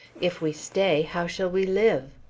if we stay, how shall we live?